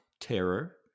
terror